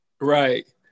Right